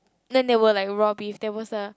then there were like raw beef there was a